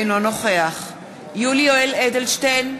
אינו נוכח יולי יואל אדלשטיין,